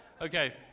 Okay